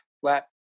flat